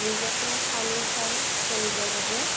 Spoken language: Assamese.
নিজকে সাঙুৰ খাই চলিবৰ বাবে